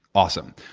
awesome.